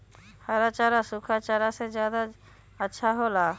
हरा चारा सूखा चारा से का ज्यादा अच्छा हो ला?